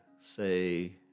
say